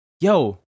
yo